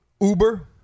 Uber